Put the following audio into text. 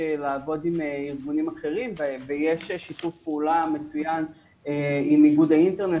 לעבוד עם ארגונים אחרים ויש שיתוף פעולה מצוין עם איגוד האינטרנט